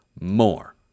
more